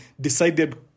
decided